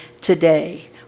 today